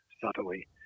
subtly